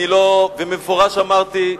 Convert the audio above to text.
במפורש אמרתי: